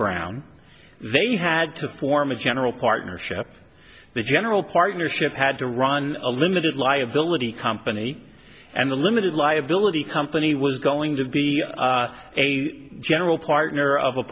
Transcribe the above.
brown they had to form a general partnership the general partnership had to run a limited liability company and a limited liability company was going to be a general partner of a